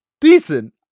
Decent